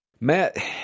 Matt